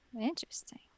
Interesting